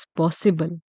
possible